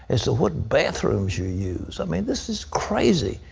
as to what bathrooms you use. i mean this is crazy.